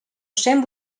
cent